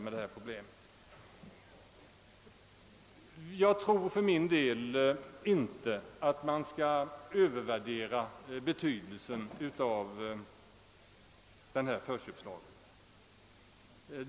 Jag tror för min del inte att man skall övervärdera betydelsen av förköpslagen.